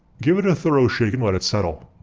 give it a thorough shake and let it settle.